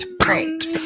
Great